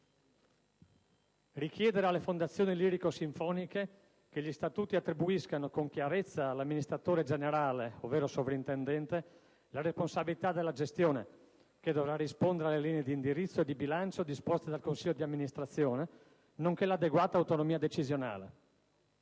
richiedere alle fondazioni lirico-sinfoniche che gli statuti attribuiscano con chiarezza all'amministratore generale (ovvero sovrintendente) la responsabilità della gestione che dovrà rispondere alle linee di indirizzo e di bilancio disposte dal consiglio di amministrazione, nonché l'adeguata autonomia decisionale;